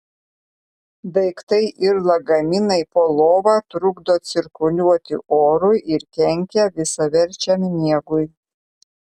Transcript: daiktai ir lagaminai po lova trukdo cirkuliuoti orui ir kenkia visaverčiam miegui